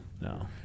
No